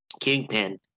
Kingpin